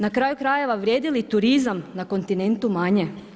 Na kraju krajeva vrijedi li turizam na kontinentu manje?